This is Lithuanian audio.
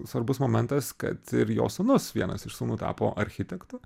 svarbus momentas kad ir jo sūnus vienas iš sūnų tapo architektu